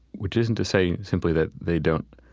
which isn't to say simply that they don't,